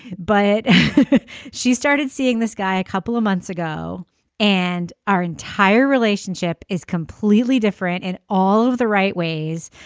but she started seeing this guy a couple of months ago and our entire relationship is completely different in all of the right ways.